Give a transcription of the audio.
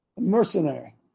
Mercenary